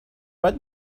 باید